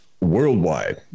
worldwide